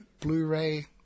Blu-ray